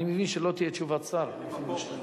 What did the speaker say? אני מבין שלא תהיה תשובת שר לפי מה שאתה אומר.